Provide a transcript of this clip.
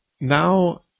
now